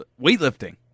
weightlifting